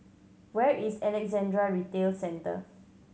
where is Alexandra Retail Center